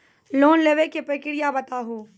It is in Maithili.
लोन लेवे के प्रक्रिया बताहू?